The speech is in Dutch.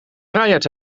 vrijheid